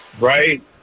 right